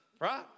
Right